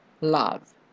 love